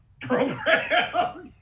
program